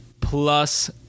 plus